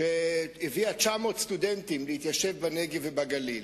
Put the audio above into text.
שהביאה 900 סטודנטים להתיישב בנגב ובגליל.